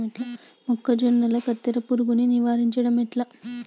మొక్కజొన్నల కత్తెర పురుగుని నివారించడం ఎట్లా?